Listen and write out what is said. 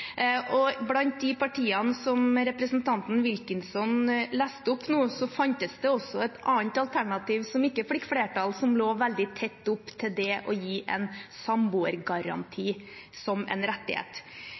Blant de partiene som representanten Wilkinson leste opp nå, fantes det også et annet alternativ som ikke fikk flertall, som lå veldig tett opp til det å gi en